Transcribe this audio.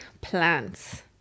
plants